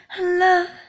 love